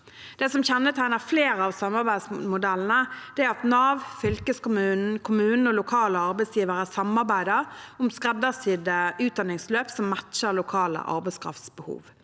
Det som kjennetegner flere av samarbeidsmodellene, er at Nav, fylkeskommunen, kommunen og lokale arbeidsgivere samarbeider om skreddersydde utdanningsløp som matcher lokale arbeidskraftsbehov.